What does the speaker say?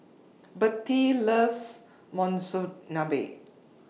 Bertie loves Monsunabe